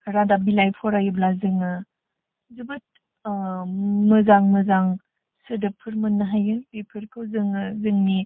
रादाब बिलाइ फरायोब्ला जोङो जोबोद मोजां मोजां सोदोबफोर मोननो हायो बिफोरखौ जोङो जोंनि